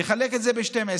תחלק את זה ב-12,